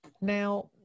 Now